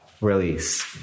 release